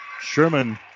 Sherman